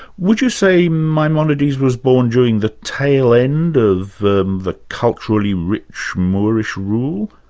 would you say maimonides was born during the tail end of the the culturally rich moorish rule?